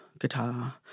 guitar